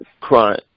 crime